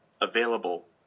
available